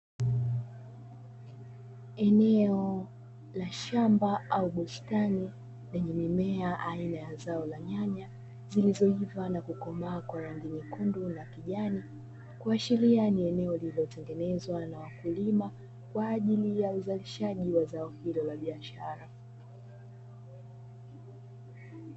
Eneo la shamba au bustani lenye mimea aina ya zao la nyanya zilizoiva na kukomaa kwa rangi nyekundu na kijani, kuashiria ni eneo lililotengenezwa na wakulima kwa ajili ya uzalishaji wa zao hilo la biashara.